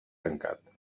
tancat